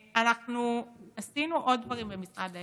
אנחנו עשינו עוד דברים במשרד האנרגיה.